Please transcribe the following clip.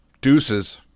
Deuces